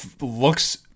looks